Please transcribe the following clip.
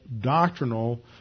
doctrinal